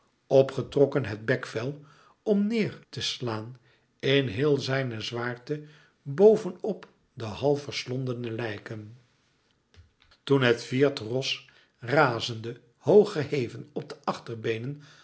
opgetrokken het bekvel om neêr te slaan in heel zijne zwaarte boven op de half verslondene lijken toen het vierde ros razende hoog geheven op de achterbeenen